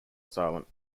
silent